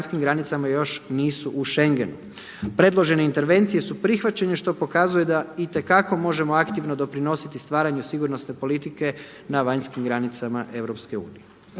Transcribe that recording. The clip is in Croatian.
s vanjskim granicama još nisu u Schengenu. Predložene intervencije su prihvaćene što pokazuje da itekako možemo aktivno doprinositi stvaranju sigurnosne politike na vanjskim granicama EU.